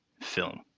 film